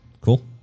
Cool